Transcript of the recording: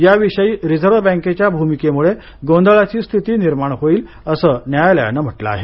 या विषयी रिझर्व बँकेच्या भूमिकेमुळे गोंधळाची स्थिती निर्माण होईल असं न्यायालयानं म्हटलं आहे